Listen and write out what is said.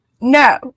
no